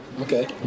Okay